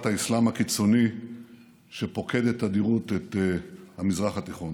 האסלאם הקיצוני שפוקדת תדירות את המזרח התיכון.